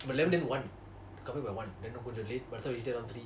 but eleven in one coming by one by the time we reach there around three